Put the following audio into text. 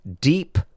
deep